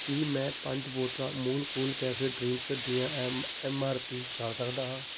ਕੀ ਮੈਂ ਪੰਜ ਬੋਤਲਾਂ ਅਮੂਲ ਕੂਲ ਕੈਫੇ ਡਰਿੰਕ ਦੀਆਂ ਐਮ ਐੱਮ ਆਰ ਪੀ ਜਾਣ ਸਕਦਾ ਹਾਂ